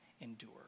endure